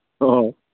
ꯍꯣ ꯍꯣꯏ